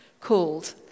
called